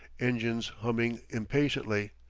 engines humming impatiently,